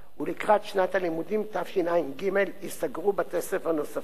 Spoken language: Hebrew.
ולקראת שנת הלימודים תשע"ג ייסגרו בתי-ספר נוספים,